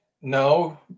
no